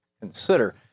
consider